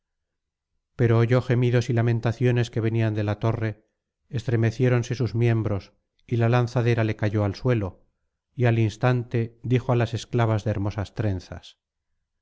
pero oyó gemidos y lamentaciones que venían de la torre estremeciéronse sus miembros y la lanzadera le cayó al suelo y al instante dijo á las esclavas de hermosas trenzas